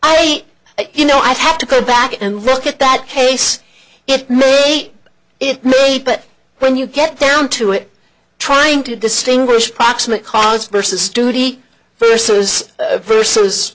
know i'd have to go back and look at that case it may it may but when you get down to it trying to distinguish proximate cause versus studi versus versus